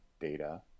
data